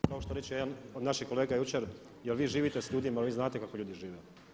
Kao što reče jedan od naših kolega jučer jer vi živite s ljudima, vi znate kako ljudi žive.